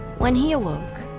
when he awoke,